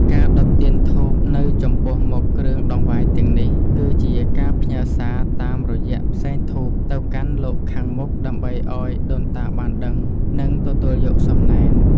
ការដុតទៀនធូបនៅចំពោះមុខគ្រឿងដង្វាយទាំងនេះ គឺជាការផ្ញើសារតាមរយៈផ្សែងធូបទៅកាន់លោកខាងមុខដើម្បីឱ្យដូនតាបានដឹង និងទទួលយកសំណែន។